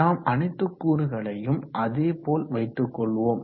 நாம் அனைத்து கூறுகளையும் அதேபோல வைத்து கொள்வோம்